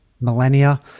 millennia